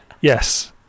Yes